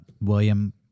William